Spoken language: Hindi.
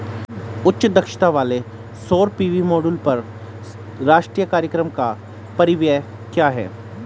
उच्च दक्षता वाले सौर पी.वी मॉड्यूल पर राष्ट्रीय कार्यक्रम का परिव्यय क्या है?